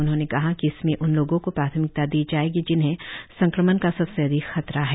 उन्होंने कहा कि इसमें उन लोगों को प्राथमिकता दी जाएगी जिन्हें संक्रमण का सबसे अधिक खतरा है